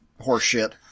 horseshit